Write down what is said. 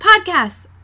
Podcasts